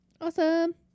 Awesome